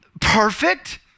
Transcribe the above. perfect